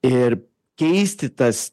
ir keisti tas